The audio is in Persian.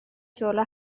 جلو